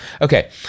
Okay